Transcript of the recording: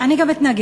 אני גם אתנגד.